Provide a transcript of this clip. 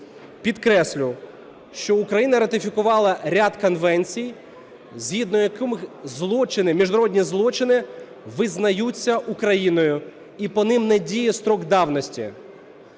Підкреслю, що Україна ратифікувала ряд конвенцій, згідно яких злочини, міжнародні злочини визнаються Україною і по ним не діє строк давності.